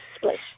place